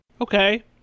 Okay